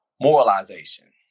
moralization